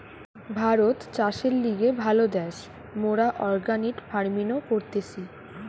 ভারত চাষের লিগে ভালো দ্যাশ, মোরা অর্গানিক ফার্মিনো করতেছি